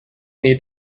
need